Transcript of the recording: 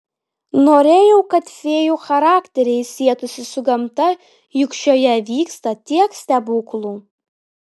norėjau kad fėjų charakteriai sietųsi su gamta juk šioje vyksta tiek stebuklų